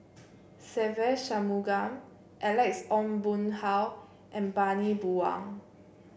Se Ve Shanmugam Alex Ong Boon Hau and Bani Buang